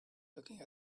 looking